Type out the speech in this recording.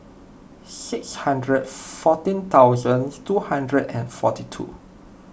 six hundred fourteen thousand two hundred and forty two